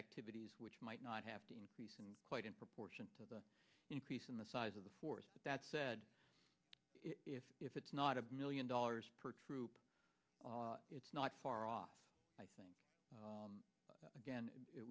activities which might not have to increase and quite in proportion to the increase in the size of the force that said if if it's not a million dollars per troop it's not far off i think again it